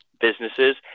businesses